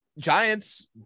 Giants